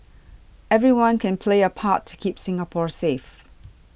everyone can play a part to keep Singapore safe